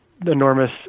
enormous